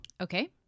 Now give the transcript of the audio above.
Okay